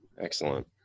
Excellent